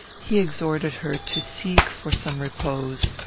he exhorted her to seek for some repose.